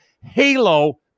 Halo